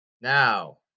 Now